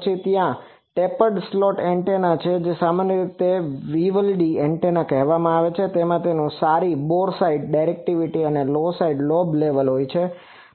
પછી ત્યાં tapered slot antenna છે જેને સામાન્ય રીતે વિવલ્ડી એન્ટેના કહેવામાં આવે છે જેમાં તેમાં સારી બોર સાઇટ ડીરેક્ટીવીટી અને લો સાઈડ લોબ લેવલ હોય છે